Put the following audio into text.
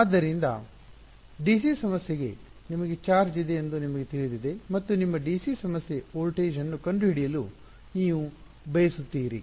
ಆದ್ದರಿಂದ ಡಿಸಿ ಸಮಸ್ಯೆಗೆ ನಿಮಗೆ ಚಾರ್ಜ್ ಇದೆ ಎಂದು ನಿಮಗೆ ತಿಳಿದಿದೆ ಮತ್ತು ನಿಮ್ಮ ಡಿಸಿ ಸಮಸ್ಯೆ ವೋಲ್ಟೇಜ್ ಅನ್ನು ಕಂಡುಹಿಡಿಯಲು ನೀವು ಬಯಸುತ್ತೀರಿ